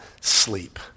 sleep